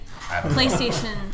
PlayStation